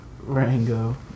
Rango